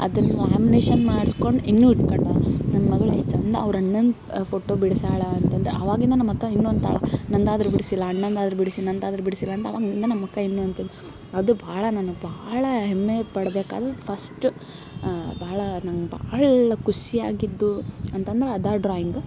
ಅದನ್ನ ಲಾಮ್ನೇಷನ್ ಮಾಡ್ಸ್ಕೊಂಡು ಇನ್ನು ಇಟ್ಕಂಡರ್ ನನ್ನ ಮಗಳು ಎಷ್ಟು ಚಂದ ಅವ್ರು ಅಣ್ಣನ ಫೋಟೋ ಬಿಡ್ಸ್ಯಾಳ ಅಂತಂದು ಅವಾಗಿಂದ ನಮ್ಮಕ್ಕ ಹೀಗಂತಾಳ ನಂದಾದರೂ ಬಿಡ್ಸಿಲ್ಲ ಅಣ್ಣಂದಾದರೂ ಬಿಡಿಸಿ ನಂದಾದರೂ ಬಿಡಿಸಿಲ್ಲ ಅವಾಗಿಂದ ನಮ್ಮಕ್ಕ ಇನ್ನು ಅಂತಂದು ಅದು ಭಾಳ ನನಗೆ ಭಾಳ ಹೆಮ್ಮೆ ಪಡ್ಬೇಕಾದದ್ದು ಫಸ್ಟ ಭಾಳ ನಂಗೆ ಭಾಳ್ ಖುಷಿಯಾಗಿದ್ದು ಅಂತಂದ್ರ ಅದ ಡ್ರಾಯಿಂಗ